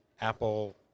Apple